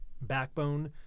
backbone